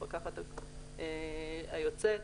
המפקחת היוצאת,